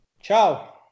Ciao